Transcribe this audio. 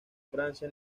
francia